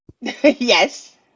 Yes